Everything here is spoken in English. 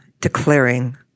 declaring